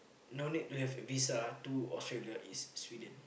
no need to have visa to Australia is Sweden